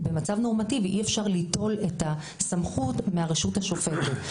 במצב נורמטיבי אי אפשר ליטול את הסמכות מהרשות השופטת.